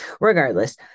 regardless